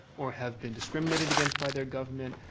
or have been discriminated against by their government,